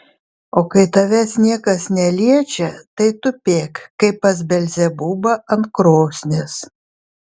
o kai tavęs niekas neliečia tai tupėk kaip pas belzebubą ant krosnies